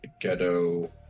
ghetto